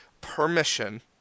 permission